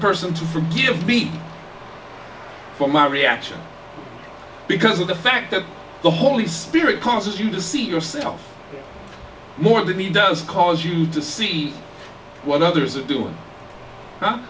person to forgive me for my reaction because of the fact that the holy spirit causes you to see yourself more than he does cause you to see what others are doing